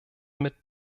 mit